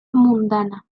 mundana